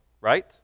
right